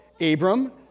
Abram